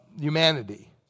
humanity